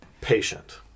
patient